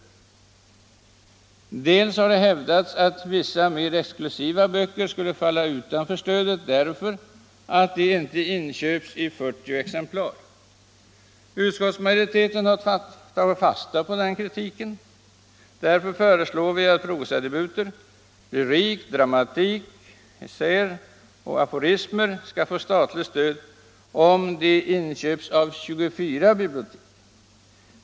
Vidare har det hävdats att vissa mer exklusiva böcker skulle falla utanför stödet därför att de inte inköps i 40 exemplar. Utskottsmajoriteten har tagit fasta på den kritiken. Därför föreslår vi att prosadebuter, lyrik, dramatik, essäer och aforismer skall få statligt stöd om de inköps av 24 bibliotek.